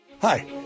Hi